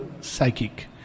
psychic